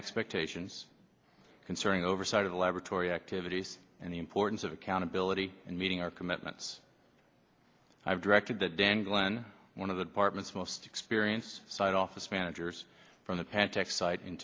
expectations concerning oversight of the laboratory activities and the importance of accountability and meeting our commitments i've directed to dan glenn one of the department's most experience side office managers from the